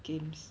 games